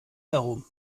herum